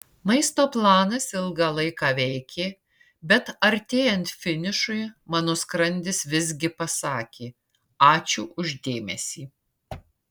maisto planas ilgą laiką veikė bet artėjant finišui mano skrandis visgi pasakė ačiū už dėmesį